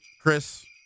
Chris